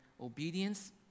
obedience